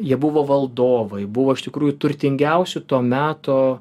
jie buvo valdovai buvo iš tikrųjų turtingiausių to meto